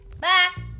Bye